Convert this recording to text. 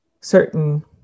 certain